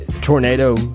tornado